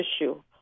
issue